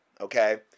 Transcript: Okay